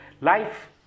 Life